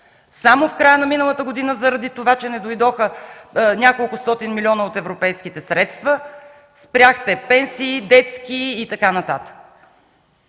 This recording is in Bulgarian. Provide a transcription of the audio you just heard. Само в края на миналата година, заради това че не дойдоха неколкостотин милиона от европейските средства, спряхте пенсии, детски и така нататък.